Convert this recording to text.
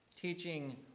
teaching